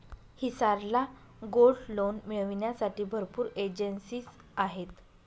हिसार ला gold loan मिळविण्यासाठी भरपूर एजेंसीज आहेत